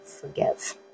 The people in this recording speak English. forgive